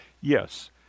Yes